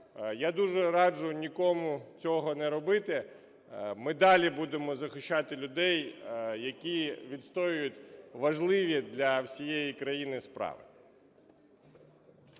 Я дуже раджу нікому цього не робити. Ми далі будемо захищати людей, які відстоюють важливі для всієї країни справи.